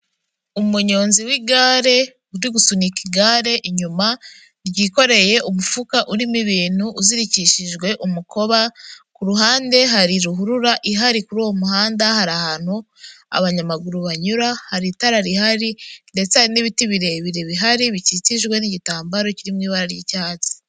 Umunyonzi w'igare, uri gusunika igare inyuma ryikoreye umufuka urimo ibintu uzirikishijwe umukoba, ku ruhande hari ruhurura ihari kuri uwo muhanda, hari ahantu abanyamaguru banyura hari itara rihari ndetse n'ibiti birebire bihari, bikikijwe n'igitambaro kiri mu ibara ry'icyatsi.